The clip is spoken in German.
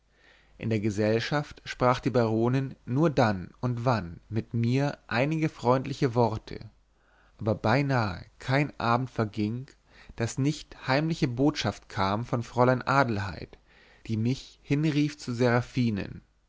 in der gesellschaft sprach die baronin nur dann und wann mit mir einige freundliche worte aber beinahe kein abend verging daß nicht heimliche botschaft kam von fräulein adelheid die mich hinrief zu